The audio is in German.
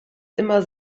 immer